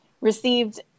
received